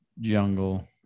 jungle